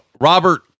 Robert